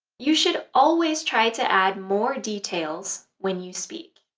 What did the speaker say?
you should always try to add more details when you speak.